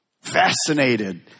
fascinated